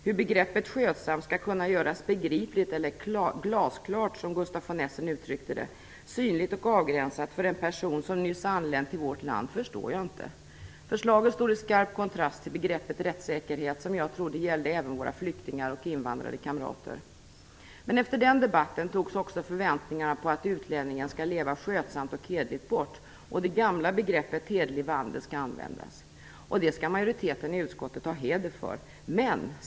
Hur begreppet skötsam skall kunna göras begripligt, eller glasklart, som Gustaf von Essen uttryckte det, synligt och avgränsat för en person som nyss anlänt till vårt land, förstår jag ej. Förslaget står i skarp kontrast till begreppet rättssäkerhet som jag trodde gällde även våra flyktingar och invandrade kamrater. Efter den debatten togs också förväntningarna på att utlänningen skall leva skötsamt och hederligt bort, och det gamla begreppet hederlig vandel skall användas. Det skall majoriteten i utskottet ha heder för.